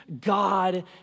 God